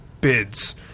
bids